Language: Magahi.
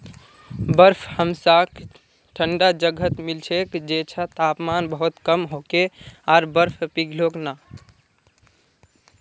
बर्फ हमसाक ठंडा जगहत मिल छेक जैछां तापमान बहुत कम होके आर बर्फ पिघलोक ना